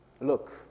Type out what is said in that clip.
Look